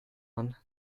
man